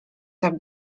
tak